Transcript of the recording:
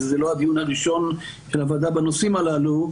וזה לא הדיון הראשון של הוועדה בנושאים הללו.